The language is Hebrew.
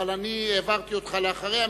אבל אני העברתי אותך לאחריה,